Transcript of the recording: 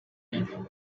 ibintu